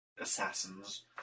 assassins